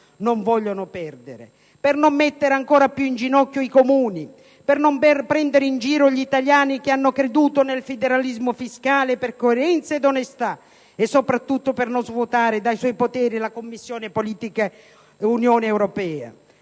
non vogliamo perdere per evitare di mettere ancora più in ginocchio i Comuni, per non prendere in giro gli italiani che hanno creduto nel federalismo fiscale, per coerenza ed onestà e soprattutto per non svuotare dei suoi poteri la Commissione politiche dell'Unione europea.